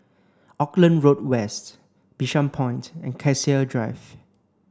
Auckland Road West Bishan Point and Cassia Drive